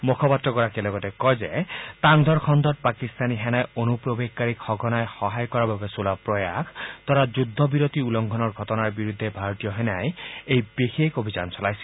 মুখপাত্ৰগৰাকীয়ে লগতে কয় যে তাংধৰ খণ্ডত পাকিস্তানী সেনাই অনুপ্ৰৱেশকাৰীক সঘনাই সহায় কৰাৰ বাবে চলোৱা প্ৰয়াস তথা যুদ্ধ বিৰতি উলংঘনৰ ঘটনাৰ বিৰুদ্ধে ভাৰতীয় সেনাই এই বিশেষ অভিযান চলাইছিল